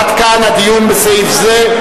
עד כאן הדיון בסעיף זה.